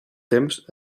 temps